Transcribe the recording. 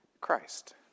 Christ